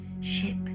Ship